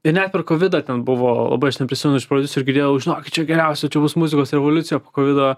ir net per kovidą ten buvo labai aš neprisimenu iš prodiuserių girdėjau žinokit čia geriausia čia bus muzikos revoliucija po kovido